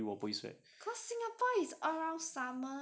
cause singapore is all summer right